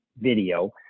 video